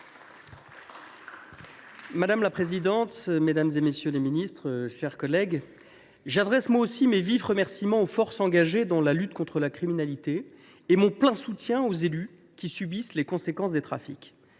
Madame la présidente, madame la ministre, messieurs les ministres d’État, mes chers collègues, j’adresse d’emblée mes vifs remerciements aux forces engagées dans la lutte contre la criminalité et réaffirme mon plein soutien aux élus qui subissent les conséquences des trafics.